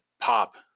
pop